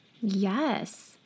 Yes